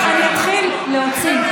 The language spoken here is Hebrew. חברים, אני אתחיל להוציא.